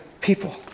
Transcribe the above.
people